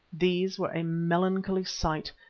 these were a melancholy sight,